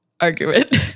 argument